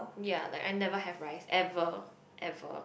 ya like I never have rice ever ever